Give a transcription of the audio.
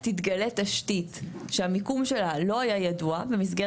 תתגלה תשתית שהמיקום שלה לא היה ידוע במסגרת